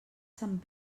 sant